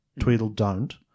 Tweedledon't